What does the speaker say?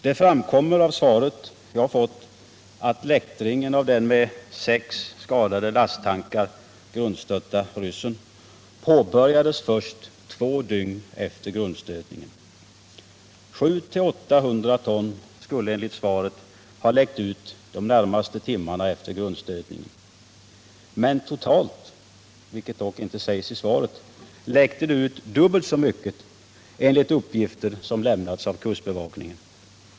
Det framkommer av svaret jag fått att läktringen av den med sex skadade lasttankar grundstötta ryssen påbörjades först två dygn efter grundstötningen. 700-800 ton skulle enligt svaret ha läckt ut de närmaste timmarna efter grundstötningen. Men totalt — vilket inte sägs i svaret —- läckte det ut dubbelt så mycket enligt uppgifter som lämnats av kustbevakningen.